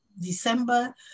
December